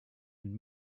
and